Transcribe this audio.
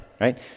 right